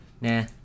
Nah